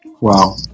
Wow